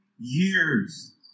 years